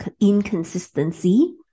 inconsistency